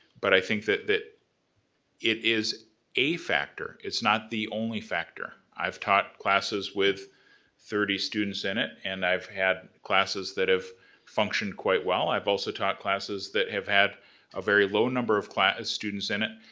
but i think that that it is a factor, it's not the only factor. i've taught classes with thirty students in it and i've had classes that have functioned quite well. i've also taught classes that have had a very low number of students in it,